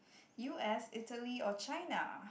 U_S Italy or China